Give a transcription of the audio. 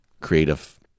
creative